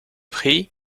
prix